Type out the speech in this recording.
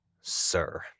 sir